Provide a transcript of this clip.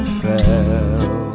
fell